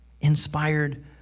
Inspired